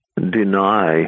deny